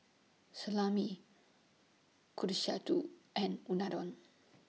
Salami Kushikatsu and Unadon